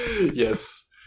Yes